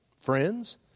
friends